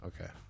Okay